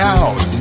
out